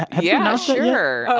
yeah, sure.